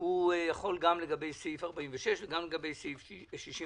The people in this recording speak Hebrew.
יכול גם לגבי סעיף 46 וגם לגבי סעיף 61